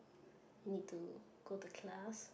need to go to class